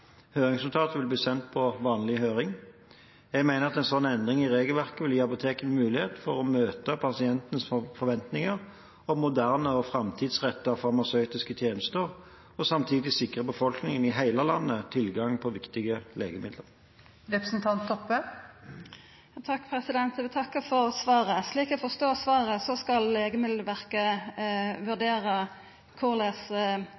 Høringsnotatet vil bli sendt på vanlig høring. Jeg mener at en slik endring i regelverket vil gi apotekene mulighet for å møte pasientenes forventninger om moderne og framtidsrettede farmasøytiske tjenester, og samtidig sikre befolkningen i hele landet tilgang på viktige legemidler. Eg vil takka for svaret. Slik eg forstår svaret, skal Legemiddelverket